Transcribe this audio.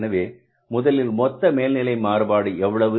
எனவே முதலில் மொத்த மேல்நிலை மாறுபாடு எவ்வளவு